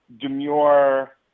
demure